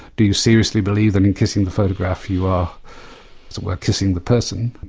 do you seriously believe that in kissing the photograph you are as it were, kissing the person?